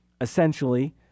Essentially